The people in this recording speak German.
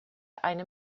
eine